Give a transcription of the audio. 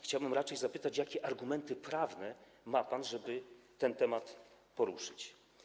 Chciałbym raczej zapytać, jakie argumenty prawne ma pan, żeby ten temat poruszyć.